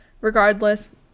regardless